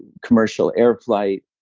commercial air flight.